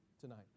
tonight